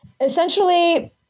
essentially